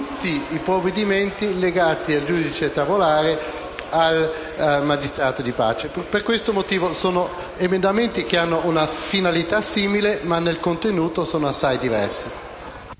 tutti i provvedimenti legati al giudice tavolare al giudice di pace. Per questo motivo i due emendamenti hanno una finalità simile, ma sono assai diversi